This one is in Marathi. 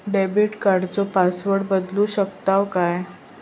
डेबिट कार्डचो पासवर्ड बदलु शकतव काय?